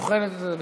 בוחנת את זה.